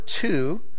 two